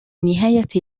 نهاية